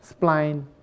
spline